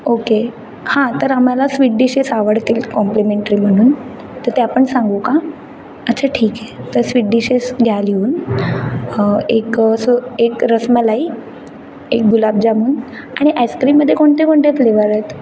okay हां तर आम्हाला स्वीट डिशेस आवडतील कॉम्प्लिमेंटरी म्हणून तर त्या पण सांगू का अच्छा ठीक आहे तर स्वीट डिशेस घ्या लिहून एक सो एक रसमलाई एक गुलाबजामून आणि आईस्क्रीममध्ये कोणते कोणते फ्लेवर आहेत